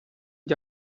gli